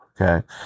Okay